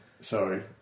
sorry